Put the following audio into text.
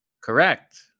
Correct